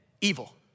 evil